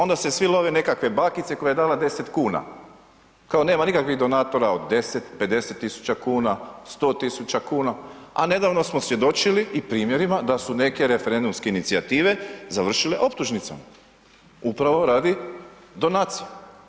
Onda se svi love nekakve bakice koja je dala deset kuna, kao nema nikakvih donatora od 10, 50 tisuća kuna, 100 tisuća kuna, a nedavno smo svjedočili i primjerima da su neke referendumske inicijative završile optužnicama, upravo radi donacije.